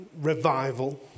revival